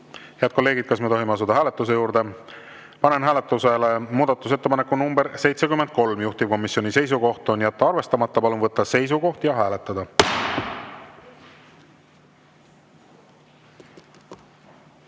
hea tempoga. Kas me tohime asuda hääletuse juurde? Panen hääletusele muudatusettepaneku nr 76, juhtivkomisjoni seisukoht on jätta arvestamata. Palun võtta seisukoht ja hääletada!